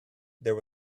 there